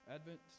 Advent